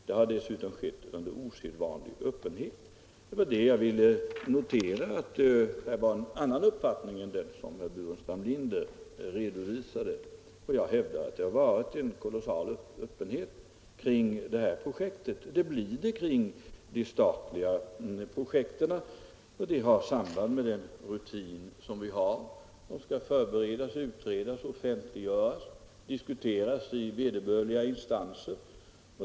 Det har dessutom skett under osedvanlig öppenhet.” Jag ville anföra att det förelåg en annan uppfattning än den som herr Burenstam Linder redovisade, och jag hävdar att detta projekt omgivits med mycket stor öppenhet. Så är fallet med de statliga projekten, och det har samband med den rutin som vi har. Projekten skall förberedas, utredas, offentliggöras och diskuteras av vederbörliga instanser.